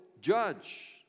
judge